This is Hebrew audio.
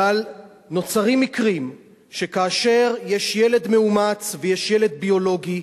אבל נוצרים מקרים שכאשר יש ילד מאומץ ויש ילד ביולוגי,